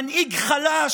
מנהיג חלש,